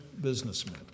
businessmen